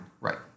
Right